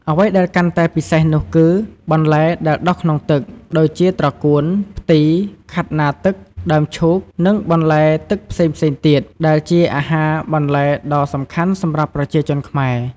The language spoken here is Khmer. អ្វីដែលកាន់តែពិសេសនោះគឺ បន្លែដែលដុះក្នុងទឹក ដូចជាត្រកួន ផ្ទី ខាត់ណាទឹក ដើមឈូក និងបន្លែទឹកផ្សេងៗទៀត ដែលជាអាហារបន្លែដ៏សំខាន់សម្រាប់ប្រជាជនខ្មែរ។